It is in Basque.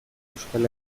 euskal